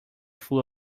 full